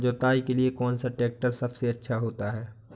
जुताई के लिए कौन सा ट्रैक्टर सबसे अच्छा होता है?